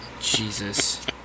Jesus